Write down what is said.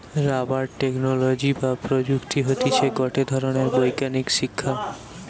rubber technology বা প্রযুক্তি হতিছে গটে ধরণের বৈজ্ঞানিক শিক্ষা